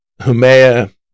Humea